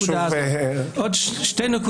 חגי ידבר בקצרה ויסביר לכולנו בלא יותר מאשר שלוש דקות,